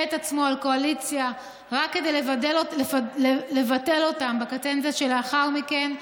את עצמו על הקואליציה רק כדי לבטל אותן בקדנציה שלאחר מכן,